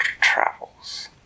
travels